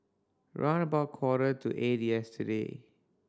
round about quarter to eight yesterday